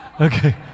Okay